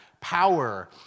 power